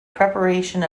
preparation